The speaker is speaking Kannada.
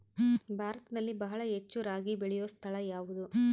ಭಾರತದಲ್ಲಿ ಬಹಳ ಹೆಚ್ಚು ರಾಗಿ ಬೆಳೆಯೋ ಸ್ಥಳ ಯಾವುದು?